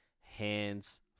hands